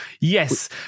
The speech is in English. yes